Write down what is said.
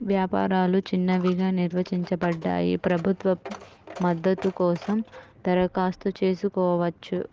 వ్యాపారాలు చిన్నవిగా నిర్వచించబడ్డాయి, ప్రభుత్వ మద్దతు కోసం దరఖాస్తు చేసుకోవచ్చు